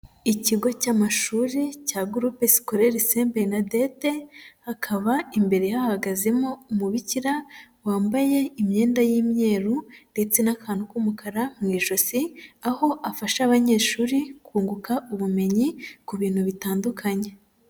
Ikigo cy'amashuri cya Groupe Scocolaire Saint Bernadette, hakaba imbere hahagazemo umubikira wambaye imyenda y'imyeru ndetse n'akantu k'umukara mu ijosi, aho afasha abanyeshuri kunguka ubumenyi ku bintu bitandukanye.